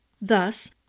Thus